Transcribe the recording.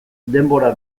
denbora